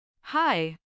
Hi